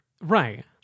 right